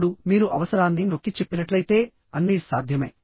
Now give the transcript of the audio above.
ఇప్పుడు మీరు అవసరాన్ని నొక్కిచెప్పినట్లయితే అన్నీ సాధ్యమే